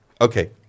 Okay